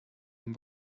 dem